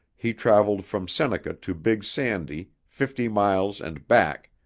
he traveled from seneca to big sandy, fifty miles and back,